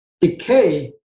decay